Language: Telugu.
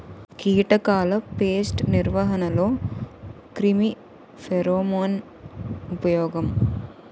కీటకాల పేస్ట్ నిర్వహణలో క్రిమి ఫెరోమోన్ ఉపయోగం